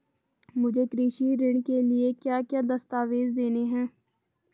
मुझे कृषि ऋण के लिए क्या क्या दस्तावेज़ देने हैं?